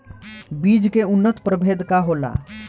बीज के उन्नत प्रभेद का होला?